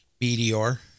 meteor